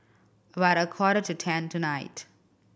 about a quarter to ten tonight